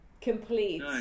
complete